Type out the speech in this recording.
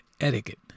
Etiquette